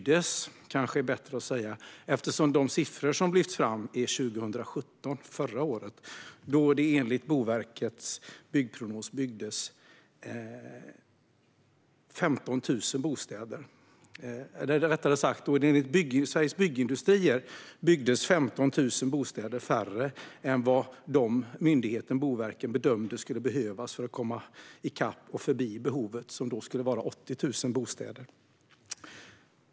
Det kanske är bättre att säga "byggdes", eftersom de siffror som lyfts fram är för 2017, förra året, då det enligt Sveriges Byggindustrier byggdes 15 000 bostäder färre än vad myndigheten Boverket bedömde skulle behövas för att komma i kapp och förbi behovet, som då skulle vara 80 000 bostäder.